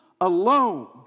alone